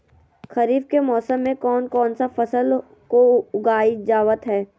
खरीफ के मौसम में कौन कौन सा फसल को उगाई जावत हैं?